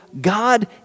God